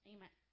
Amen